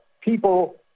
people